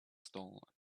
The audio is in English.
stolen